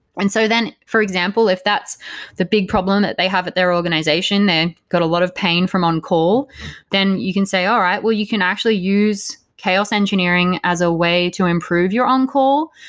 and so then for example, if that's the big problem that they have at their organization, they got a lot of pain from on-call then you can say, all right, well you can actually use chaos engineering as a way to improve your on-call,